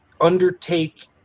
undertake